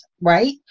right